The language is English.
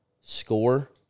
score